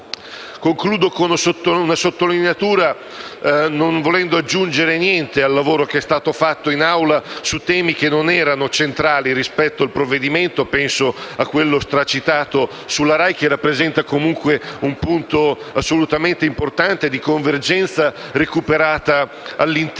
Concludo con un'ultima sottolineatura, non volendo aggiungere niente al lavoro che è stato fatto in Aula su temi che non erano centrali rispetto al provvedimento (penso a quello molto citato sulla RAI, che rappresenta comunque un punto assolutamente importante di convergenza recuperata all'interno